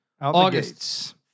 August